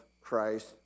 Christ